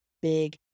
big